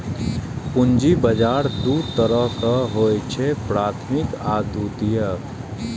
पूंजी बाजार दू तरहक होइ छैक, प्राथमिक आ द्वितीयक